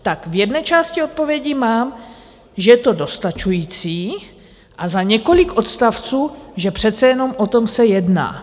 Tak v jedné části odpovědí mám, že je to dostačující, a za několik odstavců, že přece jenom o tom se jedná.